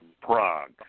Prague